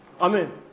Amen